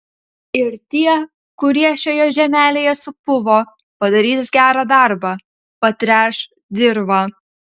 ir tie kurie šioje žemelėje supuvo padarys gerą darbą patręš dirvą